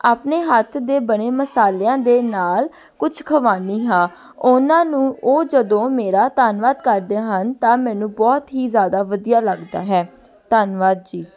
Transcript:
ਆਪਣੇ ਹੱਥ ਦੇ ਬਣੇ ਮਸਾਲਿਆਂ ਦੇ ਨਾਲ ਕੁਛ ਖਵਾਉਂਦੀ ਹਾਂ ਉਹਨਾਂ ਨੂੰ ਉਹ ਜਦੋਂ ਮੇਰਾ ਧੰਨਵਾਦ ਕਰਦੇ ਹਨ ਤਾਂ ਮੈਨੂੰ ਬਹੁਤ ਹੀ ਜ਼ਿਆਦਾ ਵਧੀਆ ਲੱਗਦਾ ਹੈ ਧੰਨਵਾਦ ਜੀ